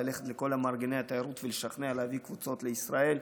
ללכת לכל מארגני התיירות ולשכנע להביא קבוצות לישראל.